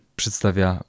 przedstawia